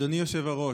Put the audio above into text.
אדוני היושב-ראש,